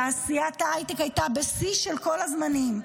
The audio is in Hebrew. תעשיית ההייטק הייתה בשיא של כל הזמנים,